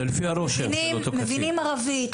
מבינים ערבית,